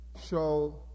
show